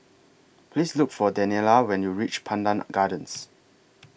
Please Look For Daniella when YOU REACH Pandan Gardens